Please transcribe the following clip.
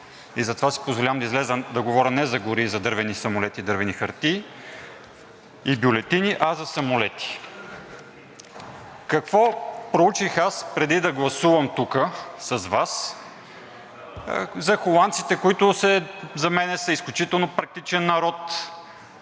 Затова си позволявам да изляза да говоря не за гори, за дървени самолети и дървени хартии и бюлетини, а за самолети. Какво проучих аз, преди да гласувам тук с Вас, за холандците, които за мен са изключително практичен народ